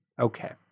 Okay